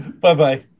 Bye-bye